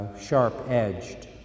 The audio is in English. sharp-edged